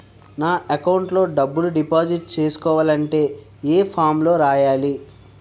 నా అకౌంట్ లో డబ్బులు డిపాజిట్ చేసుకోవాలంటే ఏ ఫామ్ లో రాయాలి?